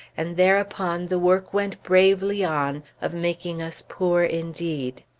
and thereupon the work went bravely on, of making us poor, indeed.